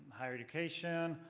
higher education,